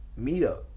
meetup